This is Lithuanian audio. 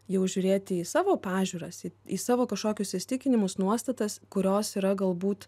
jau žiūrėti į savo pažiūras į savo kažkokius įsitikinimus nuostatas kurios yra galbūt